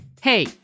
Hey